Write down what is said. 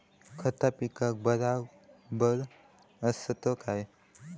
खता पिकाक बराबर आसत काय?